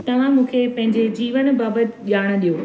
तव्हां मूंखे पंहिंजे जीवन बाबति ॼाण ॾियो